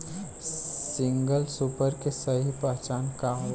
Single super के सही पहचान का होला?